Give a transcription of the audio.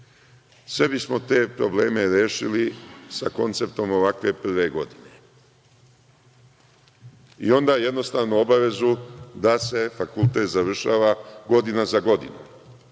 Sve bismo te probleme rešili sa konceptom ovakve prve godine i onda jednostavno obavezu da se fakultet završava godina za godinom. Mogu